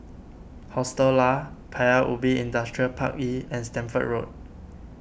Hostel Lah Paya Ubi Industrial Park E and Stamford Road